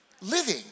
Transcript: living